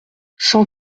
cent